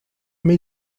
mais